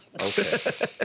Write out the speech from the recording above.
Okay